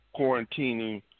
quarantining